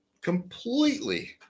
completely